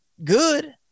Good